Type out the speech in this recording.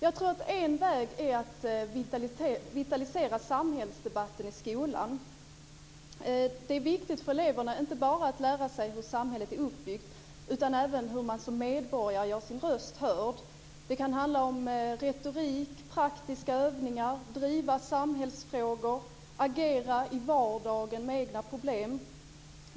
Jag tror att en väg är att vitalisera samhällsdebatten i skolan. Det är viktigt för eleverna att lära sig inte bara hur samhället är uppbyggt utan också hur man som medborgare gör sin röst hörd. Det kan handla om retorik, praktiska övningar, drivande av samhällsfrågor och agerande i vardagen med egna problem.